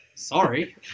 Sorry